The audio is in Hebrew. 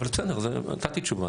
נתתי תשובה.